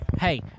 hey